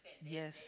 yes